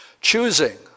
Choosing